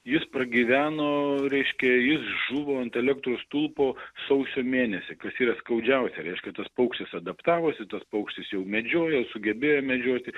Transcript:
jis pragyveno reiškia jis žuvo ant elektros stulpo sausio mėnesį kas yra skaudžiausia reiškia tas paukščtis adaptavosi tas paukštis jau medžiojo sugebėjo medžioti